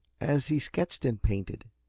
as he sketched and painted,